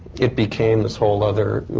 it became this whole other. you